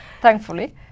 Thankfully